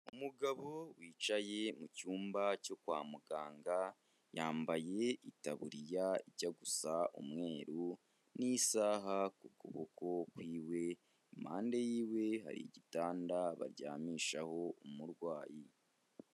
umugabo wicaye mu cyumba cyo kwa muganga yambaye itaburiya ijya gusa umweru n'isaha ku kuboko kwiwe, impande y'iwe hari igitanda baryamishaho umurwayi.